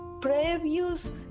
previous